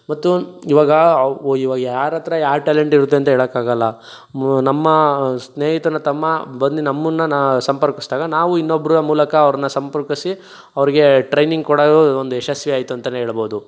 ಮತ್ತು ಈವಾಗ ಅವ ಈವಾಗ ಯಾರ ಹತ್ರ ಯಾವ ಟ್ಯಾಲೆಂಟ್ ಇರುತ್ತೆ ಅಂತ ಹೇಳೋಕ್ಕಾಗಲ್ಲ ನಮ್ಮ ಸ್ನೇಹಿತನ ತಮ್ಮ ಬಂದು ನಮ್ಮನ್ನ ಸಂಪರ್ಕಿಸಿದಾಗ ನಾವು ಇನ್ನೊಬ್ಬರ ಮೂಲಕ ಅವ್ರನ್ನ ಸಂಪರ್ಕಿಸಿ ಅವ್ರಿಗೆ ಟ್ರೈನಿಂಗ್ ಕೊಡೋದು ಒಂದು ಯಶಸ್ವಿ ಆಯ್ತು ಅಂತಾನೆ ಹೇಳ್ಬೋದು